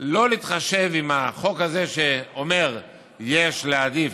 לא להתחשב בחוק הזה שאומר שיש להעדיף,